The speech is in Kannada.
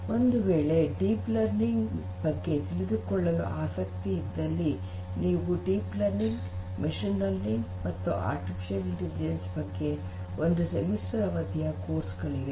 ನೀವು ಒಂದು ವೇಳೆ ಡೀಪ್ ಲರ್ನಿಂಗ್ ಬಗ್ಗೆ ತಿಳಿಯಲು ಆಸಕ್ತಿ ಇದ್ದಲ್ಲಿ ನೀವು ಡೀಪ್ ಲರ್ನಿಂಗ್ ಮಷೀನ್ ಲರ್ನಿಂಗ್ ಮತ್ತು ಆರ್ಟಿಫಿಷಿಯಲ್ ಇಂಟೆಲಿಜೆನ್ಸ್ ಬಗ್ಗೆ ಒಂದು ಸೆಮಿಸ್ಟರ್ ಅವಧಿಯ ಕೋರ್ಸ್ ಗಳಿವೆ